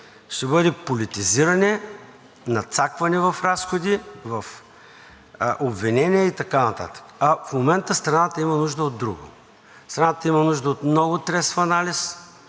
ще бъде политизиране, надцакване в разходи, в обвинения и така нататък, а в момента страната има нужда от друго. Страната има нужда от много трезв анализ